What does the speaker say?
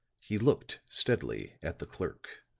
he looked steadily at the clock.